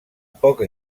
poca